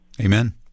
Amen